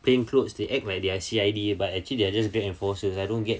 plain clothes the act like they are C_I_D but actually they are just grab enforcers I don't get